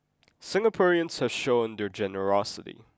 Singaporeans have shown their generosity